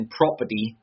property